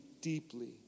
deeply